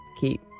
keep